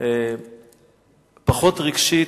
פחות רגשית,